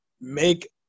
make